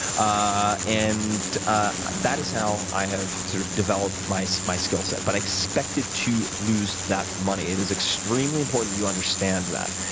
ah and ah that is how i have sort of developed my so my skill set. but i expected to lose that money it is extremely important that you understand that.